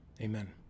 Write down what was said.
Amen